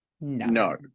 No